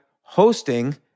hosting